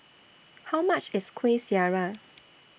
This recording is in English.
How much IS Kuih Syara